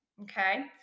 Okay